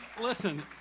listen